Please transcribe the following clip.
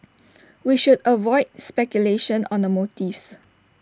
we should avoid speculation on the motives